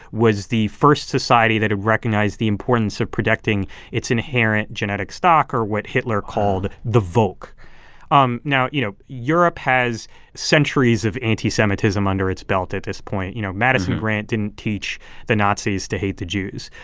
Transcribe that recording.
was the first society that had recognized the importance of protecting its inherent genetic stock, or what hitler called the volk um now, you know, europe has centuries of anti-semitism under its belt at this point. you know, madison grant didn't teach the nazis to hate the jews.